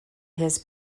his